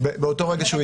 באותו רגע שהוא הצטרף.